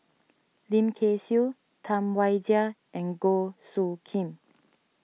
Lim Kay Siu Tam Wai Jia and Goh Soo Khim